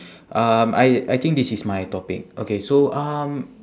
um I I think this is my topic okay so um